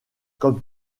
comme